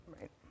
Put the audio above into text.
Right